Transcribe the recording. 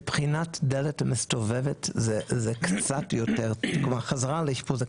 מבחינת דלת מסתובבת כלומר חזרה לאשפוז,